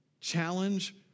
challenge